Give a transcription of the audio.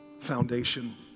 Foundation